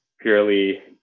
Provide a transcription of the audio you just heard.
purely